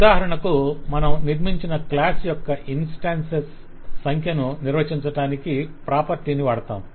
ఉదాహరణకు మనం నిర్మించిన క్లాస్ యొక్క ఇన్స్టాన్సెస్ సంఖ్యను నిర్వచించడానికి ప్రాపర్టీ ని వాడతాము